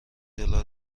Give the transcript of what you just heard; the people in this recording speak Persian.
دلار